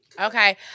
Okay